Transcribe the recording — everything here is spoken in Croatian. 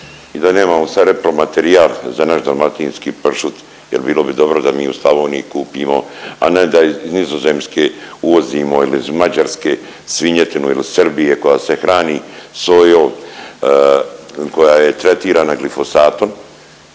i da nemamo sad repromaterijal za naš dalmatinski pršut jel bilo bi dobro da mi u Slavoniji kupimo, a ne da iz Nizozemske uvozimo ili iz Mađarske svinjetinu il Srbije koja se hrani sojom, koja je tretirana glifosatom